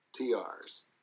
TRs